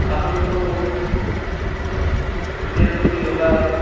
अहं तु प्रतिदिनं तु योगः